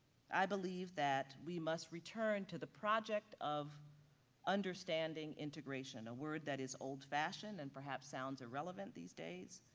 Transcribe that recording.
i believe that we must return to the project of understanding integration, a word that is old fashioned and perhaps sounds irrelevant these days.